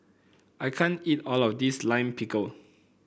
I can't eat all of this Lime Pickle